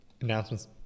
Announcements